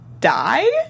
die